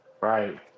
Right